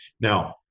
Now